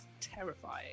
terrifying